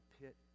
pit